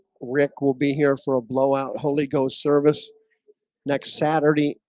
rick will be here for a blowout holy ghost service next saturday.